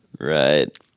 Right